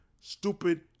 Stupid